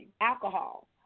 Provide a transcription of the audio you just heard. alcohol